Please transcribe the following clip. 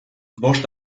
bost